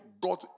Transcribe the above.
God